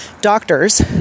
doctors